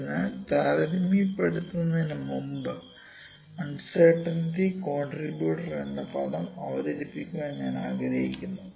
അതിനാൽ താരതമ്യപ്പെടുത്തുന്നതിന് മുമ്പ് അൺസെര്ടിനിറ്റി കോണ്ട്രിബ്യുട്ടർ എന്ന പദം അവതരിപ്പിക്കാൻ ഞാൻ ആഗ്രഹിക്കുന്നു